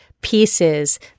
pieces